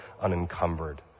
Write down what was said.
unencumbered